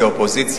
אחוז.